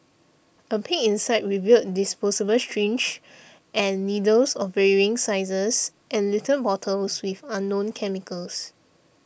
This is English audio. a peek inside revealed disposable syringes and needles of varying sizes and little bottles with unknown chemicals